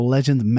Legend